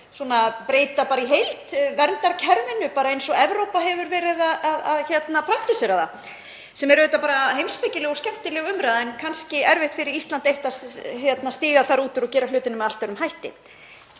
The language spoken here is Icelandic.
bara í heild verndarkerfinu, bara eins og Evrópa hefur verið að praktísera það, sem er auðvitað bara heimspekileg og skemmtileg umræða en kannski erfitt fyrir Ísland eitt að stíga út úr og gera hlutina með allt öðrum hætti.